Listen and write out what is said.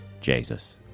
Jesus